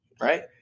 Right